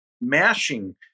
mashing